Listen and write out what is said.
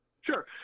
sure